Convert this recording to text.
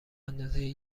اندازی